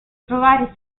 trovare